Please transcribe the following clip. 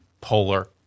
polar